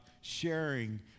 sharing